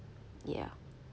ya